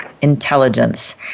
intelligence